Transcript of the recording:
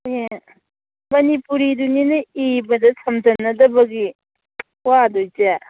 ꯃꯅꯤꯄꯨꯔꯤꯗꯨꯅꯤꯅꯦ ꯏꯕꯗ ꯁꯝꯖꯟꯅꯗꯕꯒꯤ ꯋꯥꯗꯣꯏꯁꯦ